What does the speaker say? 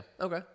Okay